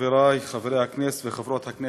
חברי חברי הכנסת וחברות הכנסת,